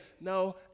No